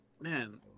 man